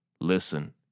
Listen